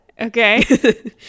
Okay